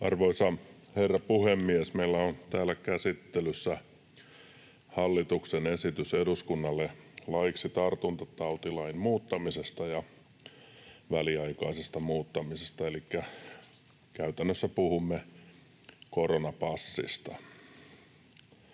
Arvoisa herra puhemies! Meillä on täällä käsittelyssä hallituksen esitys eduskunnalle laiksi tartuntatautilain muuttamisesta ja väliaikaisesta muuttamisesta, elikkä käytännössä puhumme koronapassista.